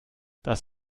dass